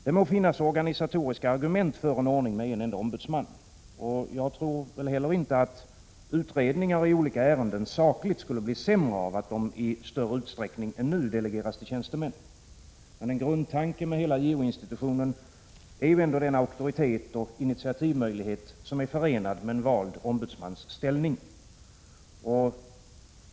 Det må finnas organisatoriska argument för en ordning med en enda ombudsman. Och jag tror inte att utredningar i olika ärenden sakligt skulle bli sämre av att de i större utsträckning än nu delegeras till tjänstemän. Men en grundtanke med hela JO-institutionen är ju ändå den auktoritet och initiativmöjlighet som förenas med en vald ombudsmans ställning.